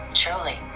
truly